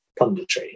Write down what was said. punditry